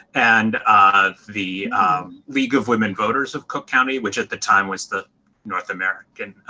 and the league of women voters of cook county which at the time was the north american,